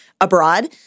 abroad